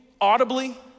audibly